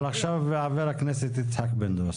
אבל עכשיו ח"כ יצחק פינדרוס.